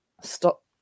stop